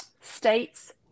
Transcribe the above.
states